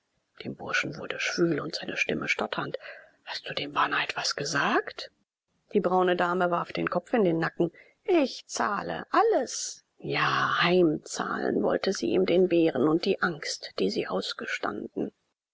dem burschen wurde schwül und seine stimme stotternd hast du dem bana etwas gesagt die braune dame warf den kopf in den nacken ich zahle alles ja heimzahlen wollte sie ihm den bären und die angst die sie ausgestanden